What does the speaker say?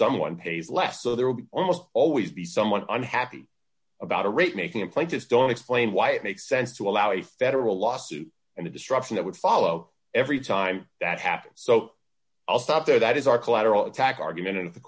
someone pays less so there will be almost always be someone unhappy about a rate making in place just don't explain why it makes sense to allow a federal lawsuit and the destruction that would follow every time that happens so i'll stop there that is our collateral attack argument and the